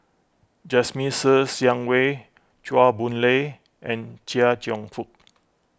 Jasmine Ser Xiang Wei Chua Boon Lay and Chia Cheong Fook